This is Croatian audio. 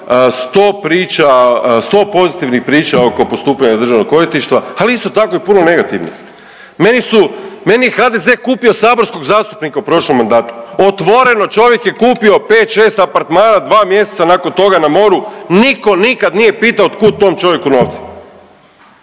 100 priča, 100 pozitivnih priča oko postupanja DORH-a, ali isto tako i puno negativnih. Meni su, meni je HDZ kupio saborskog zastupnika u prošlom mandatu. Otvoreno, čovjek je kupio 5, 6 apartmana, 2 mjeseca nakon toga na moru nitko nikad nije pitao od kud tom čovjeku novci.